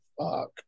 fuck